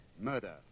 Murder